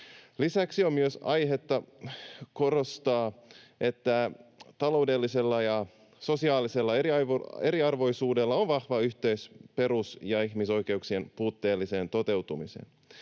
Lisäksi on myös aihetta korostaa, että taloudellisella ja sosiaalisella eriarvoisuudella on vahva yhteys perus- ja ihmisoikeuksien puutteelliseen toteutumiseen.